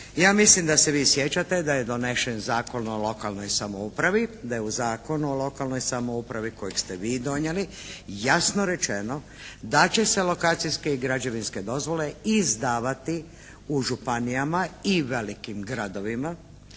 Ja mislim da se vi sjećate da je donesen Zakon o lokalnoj samoupravi, da je u Zakonu o lokalnoj samoupravi kojeg ste vi donijeli jasno rečeno da će se lokacijske i građevinske dozvole izdavati u županijama i velikim gradovima